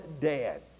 dead